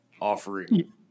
offering